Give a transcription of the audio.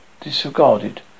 disregarded